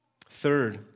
Third